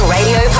Radio